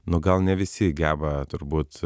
nu gal ne visi geba turbūt